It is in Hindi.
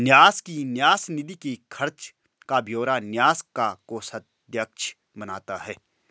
न्यास की न्यास निधि के खर्च का ब्यौरा न्यास का कोषाध्यक्ष बनाता है